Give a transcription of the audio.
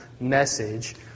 message